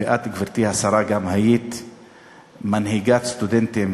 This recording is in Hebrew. ואת, גברתי השרה, היית מנהיגת סטודנטים